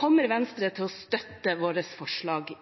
Kommer Venstre til å støtte våre forslag